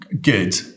good